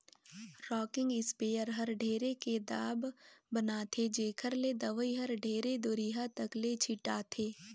rocking sprayer हर ढेरे के दाब बनाथे जेखर ले दवई हर ढेरे दुरिहा तक ले छिटाथे